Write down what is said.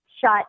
shut